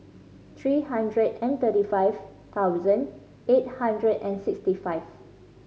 three hundred and thirty five thousand eight hundred and sixty five